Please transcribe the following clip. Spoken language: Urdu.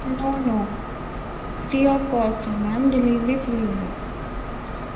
know no free of cost ہے میم ڈیلیوری فری ہے